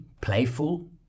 playful